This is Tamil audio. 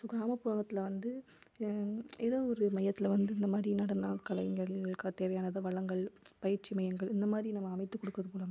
ஸோ கிராமப்புறத்தில் வந்து ஏதோ ஒரு மையத்தில் வந்து இந்தமாதிரி நடன கலைஞர்களுக்கு தேவையானது வளங்கள் பயிற்சி மையங்கள் இந்த மாதிரி நம்ம அமைத்துக் கொடுக்குறது மூலமாக